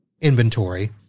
inventory